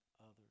others